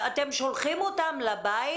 אתם שולחים אותם לבית?